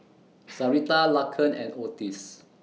Sarita Laken and Ottis